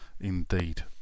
indeed